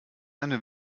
eine